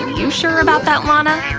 you sure about that, lana? i